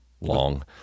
long